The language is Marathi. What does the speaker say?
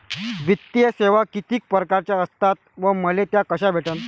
वित्तीय सेवा कितीक परकारच्या असतात व मले त्या कशा भेटन?